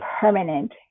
permanent